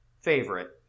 favorite